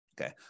Okay